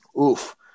oof